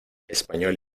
español